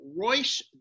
Royce